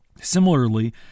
Similarly